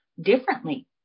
differently